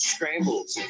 Scrambles